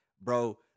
bro